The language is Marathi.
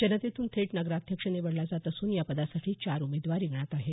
जनतेतून थेट नगराध्यक्ष निवडला जात असून या पदासाठी चार उमेदवार रिंगणात आहेत